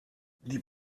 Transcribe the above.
die